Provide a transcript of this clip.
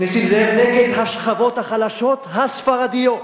נסים זאב, נגד השכבות החלשות הספרדיות,